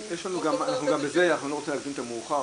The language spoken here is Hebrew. --- אני לא רוצה להקדים את המאוחר,